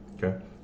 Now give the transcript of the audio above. Okay